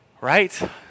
Right